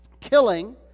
killing